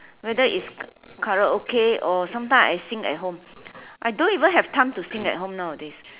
whether is karaoke or sometimes I sing at home I don't even have time to sing at home nowadays